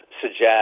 suggest